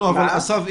אסף,